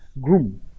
groom